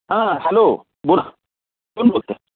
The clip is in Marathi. हां हालो बोला कोण बोलते